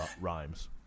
rhymes